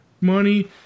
money